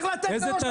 איזו תעשייה יש?